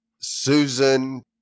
Susan